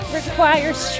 requires